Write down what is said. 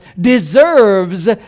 deserves